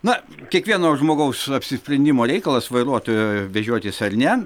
na kiekvieno žmogaus apsisprendimo reikalas vairuotojo vežiotis ar ne